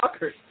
fuckers